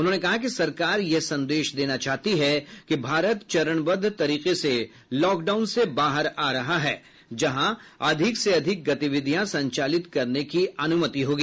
उन्होंने कहा कि सरकार यह संदेश देना चाहती है कि भारत चरणबद्व तरीके से लॉकडाउन से बाहर आ रहा है जहां अधिक से अधिक गतिविधियां संचालित करने की अनुमति होगी